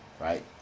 right